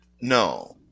No